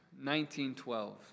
1912